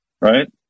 right